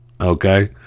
okay